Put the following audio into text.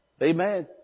Amen